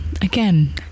again